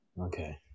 Okay